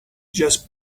just